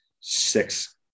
six